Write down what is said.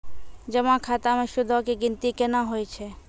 जमा खाता मे सूदो के गिनती केना होय छै?